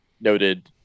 noted